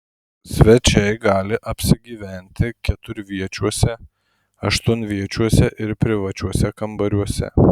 svečiai gali apsigyventi keturviečiuose aštuonviečiuose ir privačiuose kambariuose